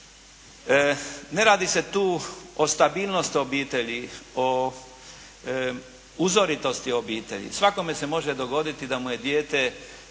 Ne radi se tu o stabilnosti obitelji, o uzoritosti obitelji. Svakome se može dogoditi da mu je dijete